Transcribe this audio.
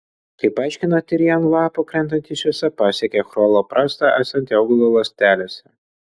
kaip aiškina tyrėja ant lapo krentanti šviesa pasiekia chloroplastą esantį augalo ląstelėse